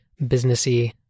businessy